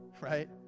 right